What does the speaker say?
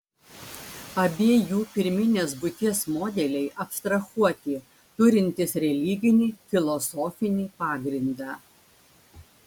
abiejų pirminės būties modeliai abstrahuoti turintys religinį filosofinį pagrindą